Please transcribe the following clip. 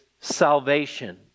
salvation